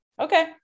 okay